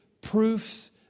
proofs